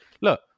look